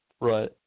Right